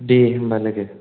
दे होनब्ला लोगो